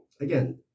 again